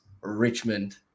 Richmond